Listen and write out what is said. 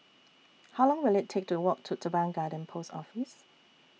How Long Will IT Take to Walk to Teban Garden Post Office